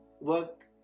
work